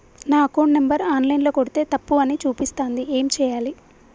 నా account number online ల కొడ్తే తప్పు అని చూపిస్తాంది ఏం చేయాలి?